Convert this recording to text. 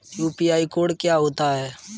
UPI code क्या होता है?